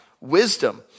wisdom